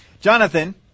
Jonathan